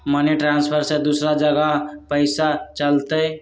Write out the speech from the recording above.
Money transfer से दूसरा जगह पईसा चलतई?